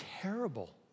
terrible